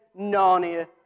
Narnia